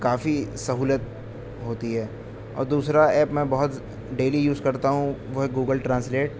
کافی سہولت ہوتی ہے اور دوسرا ایپ میں بہت ڈیلی یوز کرتا ہوں وہ ہے گوگل ٹرانسلیٹ